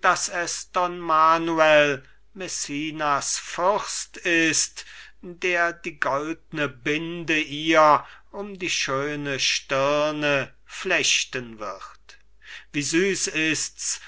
daß es don manuel messina's fürst ist der die goldne binde ihr um die schöne stirne flechten wird wie süß ist's